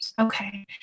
Okay